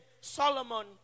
Solomon